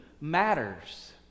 matters